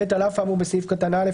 (ב) על אף האמור בסעיף קטן (א),